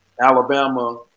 Alabama –